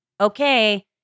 okay